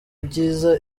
byiza